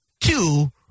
Two